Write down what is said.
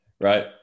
right